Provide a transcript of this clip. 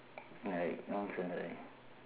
like nonsense right